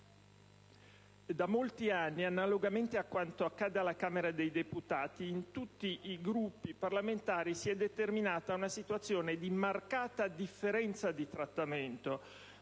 Da molti anni, analogamente a quanto avviene alla Camera dei deputati, in tutti i Gruppi parlamentari si è determinata una situazione di marcata differenza di trattamento